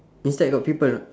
inside got people not